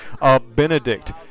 Benedict